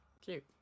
cute